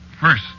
first